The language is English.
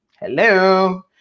hello